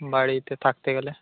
বাড়িতে থাকতে গেলে